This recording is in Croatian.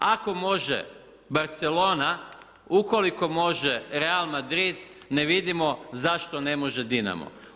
Ako može Barcelona, ukoliko može Real Madrid, ne vidimo zašto ne može Dinamo.